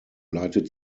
leitet